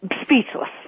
speechless